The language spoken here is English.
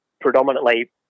predominantly